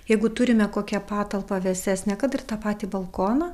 jeigu turime kokią patalpą vėsesnę kad ir tą patį balkoną